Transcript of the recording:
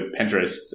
Pinterest